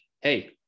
hey